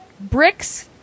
bricks